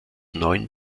neun